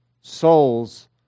souls